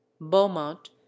beaumont